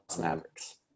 Mavericks